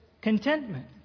contentment